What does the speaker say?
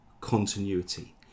continuity